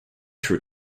true